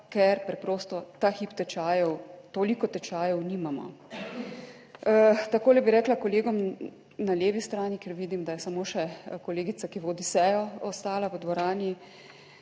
ker preprosto ta hip tečajev, toliko tečajev nimamo. Takole bi rekla kolegom na levi strani, ker vidim, da je samo še kolegica, ki vodi sejo, ostala v dvorani.